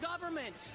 government